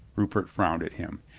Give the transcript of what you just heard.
rupert frowned at him.